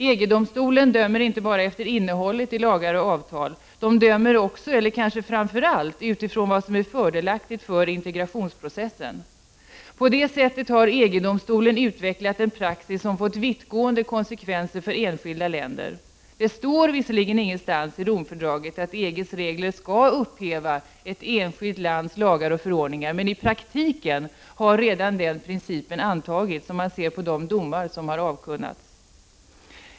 EG-domstolen dömer inte bara efter innehållet i olika lagar och avtal, utan den dömer också, eller kanske framför allt, utifrån vad som är fördelaktigt för integrationsprocessen. På det sättet har EG domstolen utvecklat en praxis som fått vittgående konsekvenser för enskilda länder. Det står visserligen ingenstans i Romfördraget att EG:s regler skall upphäva ett enskilt lands lagar och förordningar, men i praktiken har redan den principen antagits — om man ser på de domar som avkunnats.